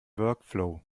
workflow